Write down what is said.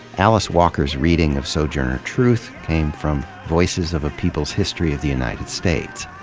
alice walker's reading of sojourner truth came from voices of a people's history of the united states.